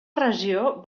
regió